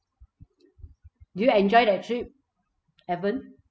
did you enjoy that trip evan